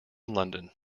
london